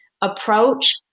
approach